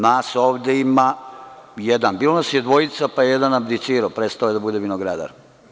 Nas ovde ima jedan, bilo nas je dvojica pa je jedan abdicirao, prestao je da bude vinogradar.